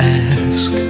ask